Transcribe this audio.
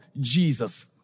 Jesus